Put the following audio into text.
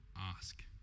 ask